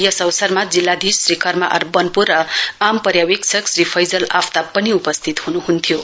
यस अवसरमा जिल्लाधीश श्री कर्म आर वन्पो र आम पर्यावेक्षक श्री फैजल आफ्ताब पनि उपस्थित हुनुहुन्थ्यो